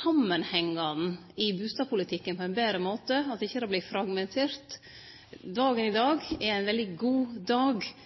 samanhengane i bustadpolitikken på ein betre måte, slik at det ikkje vert fragmentert. Dagen i dag er ein veldig god dag